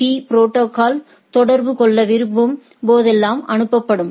பீ protocol தொடர்பு கொள்ள விரும்பும் போதெல்லாம் அனுப்பப்படும்